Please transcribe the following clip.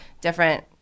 different